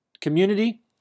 community